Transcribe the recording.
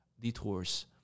detours